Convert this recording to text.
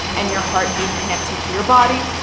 and your heartbeat connects you to your body.